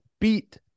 beat